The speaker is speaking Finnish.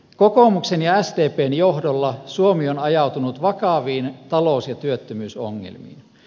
kokoomuksen ja sdpn johdolla suomi on ajautunut vakaviin talous ja työttömyysongelmiin